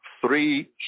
three